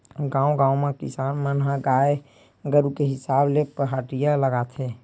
गाँव गाँव म किसान मन ह गाय गरु के हिसाब ले पहाटिया लगाथे